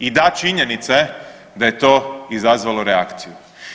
I da, činjenica je da je to izazvalo reakciju.